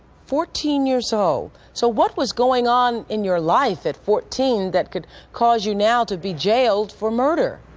fourteen years old. so what was going on in your life at fourteen that could cause you now to be jailed for murder?